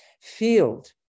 field